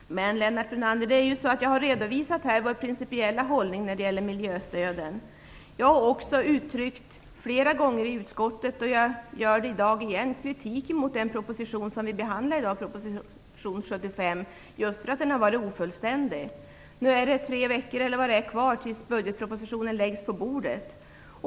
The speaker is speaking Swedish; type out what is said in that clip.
Men, Lennart Brunander, jag har redovisat vår principiella hållning i miljöstödet. Jag har flera gånger i utskottet, och jag gör det i dag igen, uttryckt kritik mot den proposition vi behandlar i dag, dvs. proposition 75, just för att den har varit ofullständig. Nu är det cirka tre veckor kvar tills budgetpropositionen läggs fram.